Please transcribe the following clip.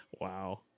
Wow